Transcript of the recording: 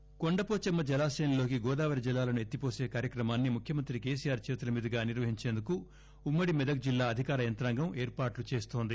కొండవోచమ్న కొండపోచమ్మ జలాశయంలోకి గోదావరి జలాలను ఎత్తిపోస కార్యక్రమాన్ని ముఖ్యమంత్రి కె సి ఆర్ చేతుల మీదుగా నిర్వహించేందుకు ఉమ్మడి మెదక్ జిల్లా అధికార యంత్రాంగం ఏర్పాట్లు చేస్తోంది